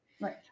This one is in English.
Right